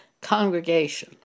congregation